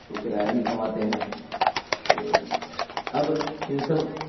سے کرایہ بھی کماتے ہیں تو اب ان سب